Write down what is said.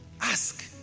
Ask